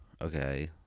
Okay